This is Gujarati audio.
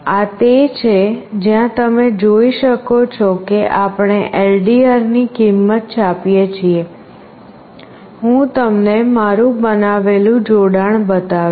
આ તે છે જ્યાં તમે જોઈ શકો છો કે આપણે LDR ની કિંમત છાપીએ છીએ હું તમને મારું બનાવેલું જોડાણ બતાવીશ